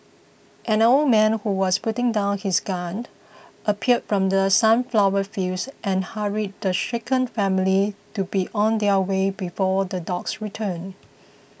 an old man who was putting down his gun appeared from the sunflower fields and hurried the shaken family to be on their way before the dogs return